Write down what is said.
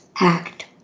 act